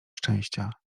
szczęścia